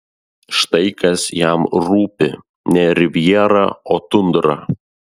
štai kas jam rūpi ne rivjera o tundra